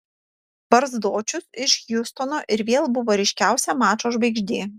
barzdočius iš hjustono ir vėl buvo ryškiausia mačo žvaigždė